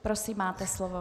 Prosím, máte slovo.